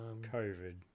Covid